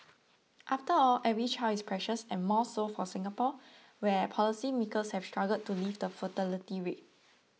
after all every child is precious and more so for Singapore where policymakers have struggled to lift the fertility rate